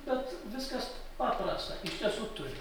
bet viskas paprasta iš tiesų turi